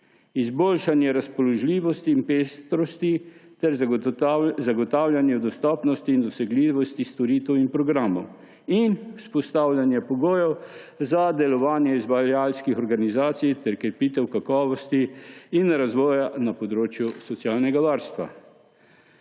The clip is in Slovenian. izboljšanje razpoložljivosti in pestrosti ter zagotavljanje dostopnosti in dosegljivosti storitev in programov in vzpostavljanje pogojev za delovanje izvajalskih organizacij ter krepitev kakovosti in razvoja na področju socialnega varstva.